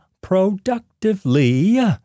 productively